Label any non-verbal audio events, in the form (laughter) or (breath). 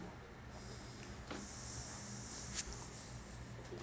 (breath)